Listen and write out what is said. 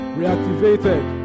reactivated